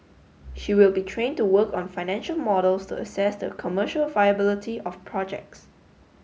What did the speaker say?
she will be trained to work on financial models to assess the commercial viability of projects